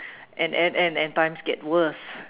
and and and and times get worse